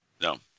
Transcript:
No